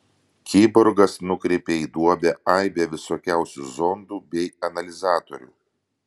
kiborgas nukreipė į duobę aibę visokiausių zondų bei analizatorių